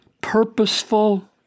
purposeful